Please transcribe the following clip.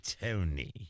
Tony